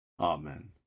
Amen